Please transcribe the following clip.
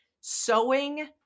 sewing